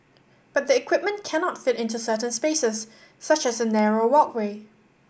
but the equipment cannot fit into certain spaces such as a narrow walkway